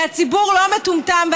כי הציבור לא מטומטם,